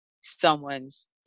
someone's